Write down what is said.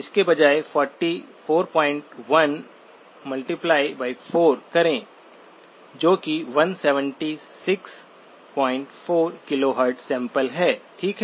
इसके बजाय 441 4 करें जो कि 1764 KHz सैंपल है ठीक है